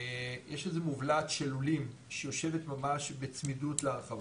יש איזו שהיא מובלעת של לולים שיושבת ממש בצמידות להרחבה,